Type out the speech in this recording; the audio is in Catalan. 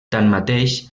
tanmateix